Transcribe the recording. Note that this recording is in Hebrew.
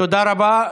תודה רבה.